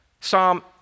Psalm